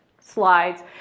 slides